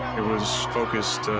it was focused,